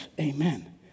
amen